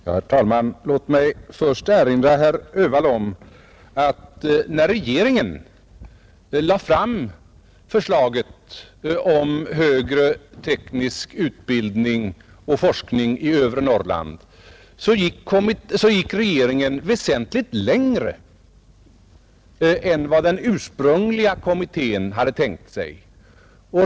Herr talman! Låt mig först erinra herr Öhvall om att när regeringen lade fram förslaget om högre teknisk utbildning och forskning i övre Norrland gick man väsentligt längre än vad den ursprungliga kommittén tänkt sig.